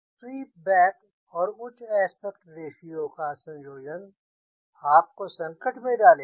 SVEEP back और उच्च aspect ratio का संयोजन आप को संकट में डालेगा